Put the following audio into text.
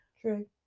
True